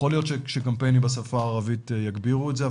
יכול להיות שקמפיינים בשפה הערבית יגבירו את זה,